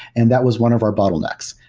and that was one of our bottlenecks.